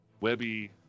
webby